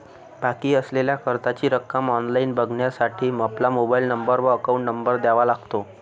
बाकी असलेल्या कर्जाची रक्कम ऑनलाइन बघण्यासाठी आपला मोबाइल नंबर व अकाउंट नंबर द्यावा लागतो